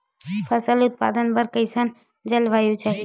फसल उत्पादन बर कैसन जलवायु चाही?